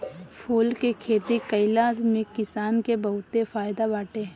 फूल के खेती कईला में किसान के बहुते फायदा बाटे